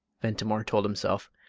ventimore told himself,